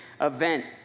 event